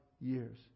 years